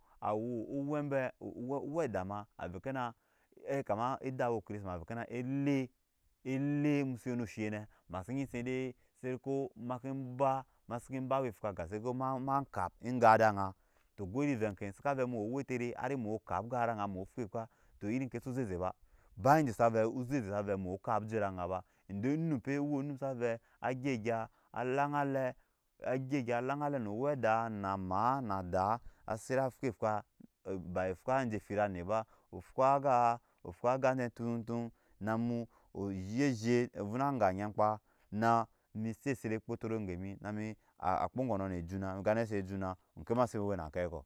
Awu owɛbe ohaweda ma ave kena e kama eda wu o chrisma ave kena ele ele muso ya no she ne ma se nyise de sede ko make ba ma seke ba awa fwa ga se de ko ma ma kap egan da aŋa to go yiri ve kene sa ka vɛ mu we owetɛre ari mu kap gan de aŋai mu fve fcei ta yiei ke sa vɛ mu kap je de aŋa ba edo onumpe wu num sa ve a gyi gya ada ŋale a gyi gya alaŋle no wesa na ma na da a sera fwi fwa to ba fwa je fira anet ba afwa ga ofwa ga toto namu ozhe zhet ovuna aŋga nyan ka nami sese re kotoro gemi na mi a akpo oŋgonɔ ne ejuna kane se ejuna oŋke mase wena keko.